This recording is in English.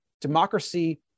democracy